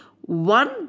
one